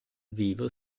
vivo